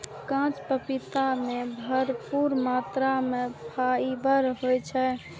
कांच पपीता मे भरपूर मात्रा मे फाइबर होइ छै